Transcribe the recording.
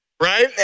right